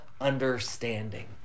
understanding